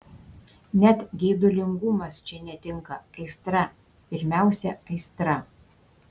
net geidulingumas čia netinka aistra pirmiausia aistra